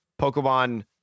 Pokemon